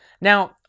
Now